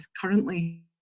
currently